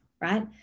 right